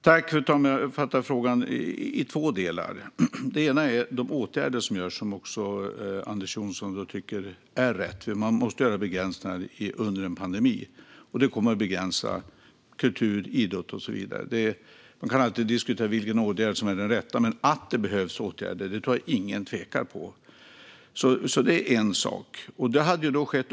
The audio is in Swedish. Fru talman! Jag uppfattar att frågan har två delar. Den ena rör de åtgärder som vidtas och som Anders W Jonsson tycker är rätt. Det måste göras begränsningar under en pandemi, vilket påverkar kultur, idrott och så vidare. Vi kan alltid diskutera vilka åtgärder som är rätt, men att det behövs åtgärder tror jag ingen ifrågasätter.